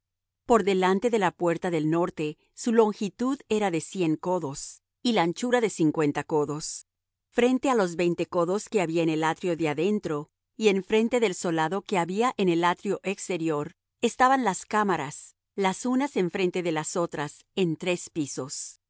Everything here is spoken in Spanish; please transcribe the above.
por delante de la puerta del norte su longitud era de cien codos y la anchura de cincuenta codos frente á los veinte codos que había en el atrio de adentro y enfrente del solado que había en al atrio exterior estaban las cámaras las unas enfrente de las otras en tres pisos